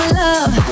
love